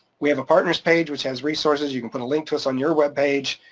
we have a partner's page which has resources. you can put a link to us on your web page,